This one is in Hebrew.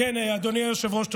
אדוני היושב-ראש,